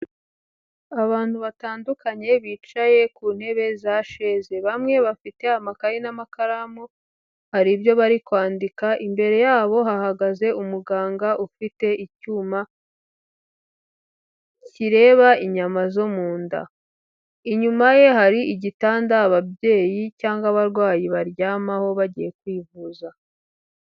Abantu batandukanye bicaye ku ntebe za sheze, bamwe bafite amakaye n'amakaramu haribyo bari kwandika, imbere yabo hahagaze umuganga ufite icyuma kireba inyama zo mu nda, inyuma ye hari igitanda ababyeyi cyangwa abarwayi baryamaho bagiye kwivuza.